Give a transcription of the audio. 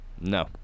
No